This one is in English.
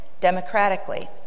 democratically